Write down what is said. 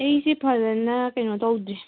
ꯑꯩꯁꯤ ꯐꯖꯅ ꯀꯩꯅꯣ ꯇꯧꯗ꯭ꯔꯤ